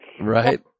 Right